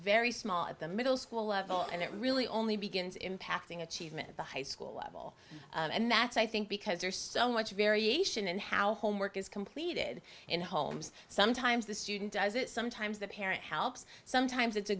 very small at the middle school level and it really only begins impacting achievement at the high school level and that's i think because there's so much variation in how homework is completed in homes sometimes the student does it sometimes the parent helps sometimes it's a